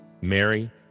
Mary